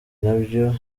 nabyo